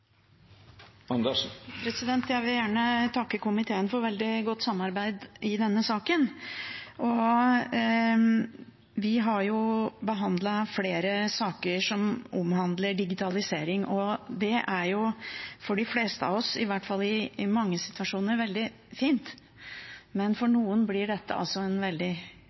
innstillinga. Jeg vil gjerne takke komiteen for veldig godt samarbeid i denne saken. Vi har behandlet flere saker som omhandler digitalisering. Digitalisering er jo for de fleste av oss, i hvert fall i mange situasjoner, veldig fint, men for noen blir dette altså en